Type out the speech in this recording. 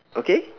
okay